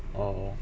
orh